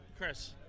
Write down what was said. Chris